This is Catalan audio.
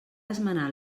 esmenar